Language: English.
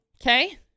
Okay